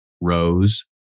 rows